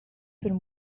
been